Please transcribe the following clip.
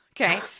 Okay